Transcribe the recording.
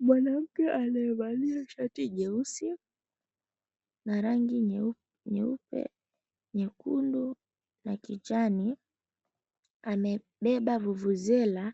Mwanamke aliyevalia shati jeusi na rangi nyeupe, nyekundu na kijani amebeba vuvuzela